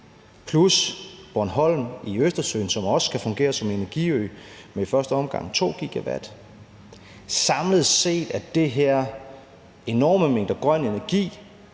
Plus Bornholm i Østersøen, som også skal fungere som energiø med i første omgang 2 GW. Samlet set er det her enorme mængder af grøn energi,